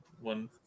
one